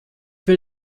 will